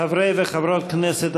חברות וחברי הכנסת,